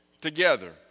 together